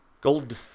Gold